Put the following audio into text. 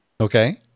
Okay